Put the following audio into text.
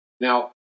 Now